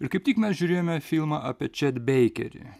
ir kaip tik mes žiūrėjome filmą apie čiad beikerį